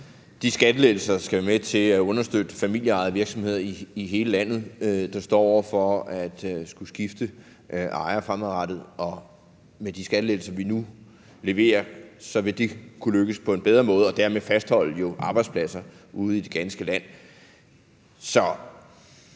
de skattelettelser, der skal være med til at understøtte familieejede virksomheder i hele landet, som står over for at skulle skifte ejer fremadrettet, og med de skattelettelser, vi nu leverer, vil det kunne lykkes på en bedre måde og jo dermed fastholde arbejdspladser ude i det ganske land. Så